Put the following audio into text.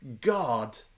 God